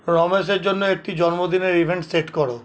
রমেশের জন্য একটি জন্মদিনের ইভেন্ট সেট করো